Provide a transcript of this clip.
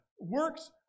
works